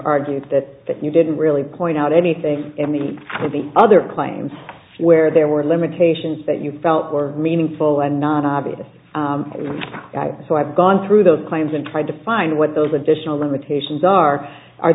argued that you didn't really point out anything in the way the other claims where there were limitations that you felt were meaningful and non obvious so i've gone through those claims and tried to find what those additional limitations are are